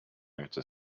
outer